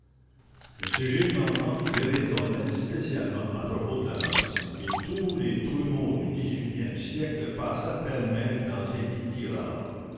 m gillenormand déraisonnait spécialement à propos de la noce et tous les trumeaux du dix-huitième siècle passaient pêle-mêle dans ses